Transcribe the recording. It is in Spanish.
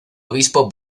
obispo